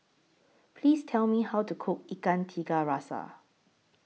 Please Tell Me How to Cook Ikan Tiga Rasa